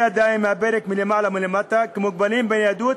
ידיים מהמרפק ומעלה ומטה כמוגבלים בניידות